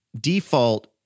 default